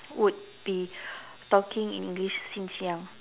would be talking in English since young